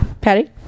Patty